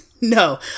no